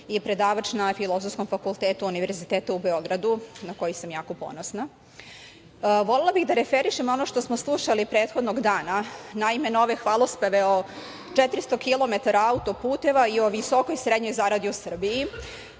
i predavač na Filozofskom fakultetu Univerziteta u Beogradu, na koji sam jako ponosna. Volela bih da referišem ono što smo slušali prethodnog dana. Naime, nove hvalospeve o 400 kilometara autoputeva i o visokoj srednjoj zaradi u Srbiji,